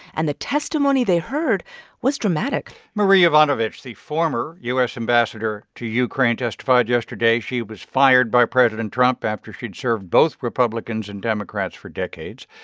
and the testimony they heard was dramatic marie yovanovitch, the former u s. ambassador to ukraine, testified yesterday. she was fired by president trump after she'd served both republicans and democrats for decades.